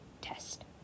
test